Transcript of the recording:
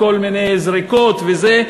כל מיני זריקות וזה.